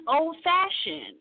old-fashioned